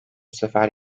sefer